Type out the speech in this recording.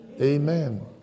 Amen